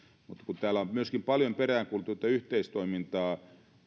kun täällä on paljon peräänkuulutettu myöskin tätä yhteistoimintaa